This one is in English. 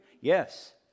Yes